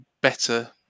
better